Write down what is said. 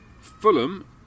Fulham